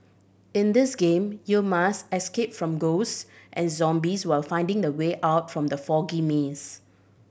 in this game you must escape from ghost and zombies while finding the way out from the foggy maze